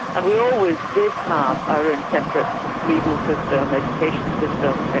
and we always did have our own separate legal system, education system,